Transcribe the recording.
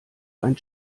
ein